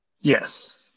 Yes